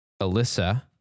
Alyssa